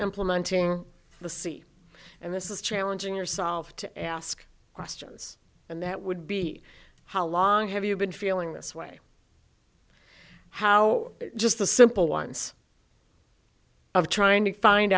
implementing the c and this is challenging yourself to ask questions and that would be how long have you been feeling this way how just the simple ones of trying to find